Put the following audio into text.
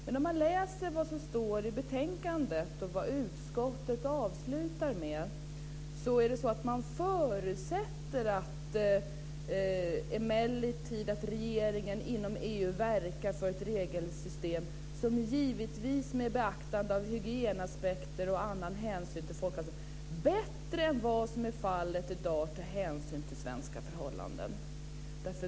Men om man läser det som står i betänkandet ser man att utskottet avslutar med: "Utskottet förutsätter emellertid att regeringen inom EU verkar för ett regelsystem som, givetvis med beaktande av hygienaspekter och annan hänsyn till folkhälsan, bättre än vad som är fallet i dag tar hänsyn till svenska förhållanden".